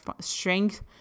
strength